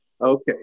Okay